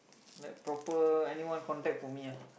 like proper anyone contact for me ah